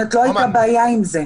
לאנשים, לא הייתה בעיה עם זה.